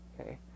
okay